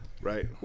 Right